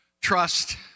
trust